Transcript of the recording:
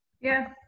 Yes